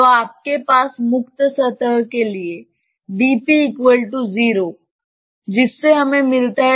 तो आपके पास मुक्त सतह के लिए है